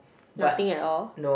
nothing at all